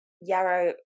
Yarrow